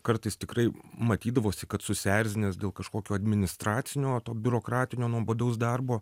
kartais tikrai matydavosi kad susierzinęs dėl kažkokio administracinio to biurokratinio nuobodaus darbo